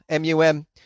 MUM